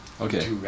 Okay